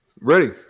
Ready